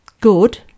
good